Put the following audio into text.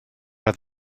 oedd